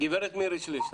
גברת מירי שליסל,